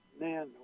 man